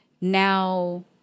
now